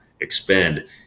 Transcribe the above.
expend